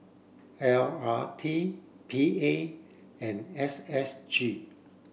L R T P A and S S G